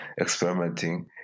experimenting